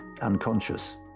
unconscious